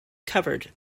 covered